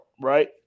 right